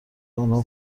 آنها